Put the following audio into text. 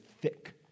thick